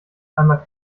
einmal